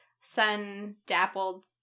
sun-dappled